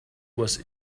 was